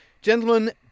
Gentlemen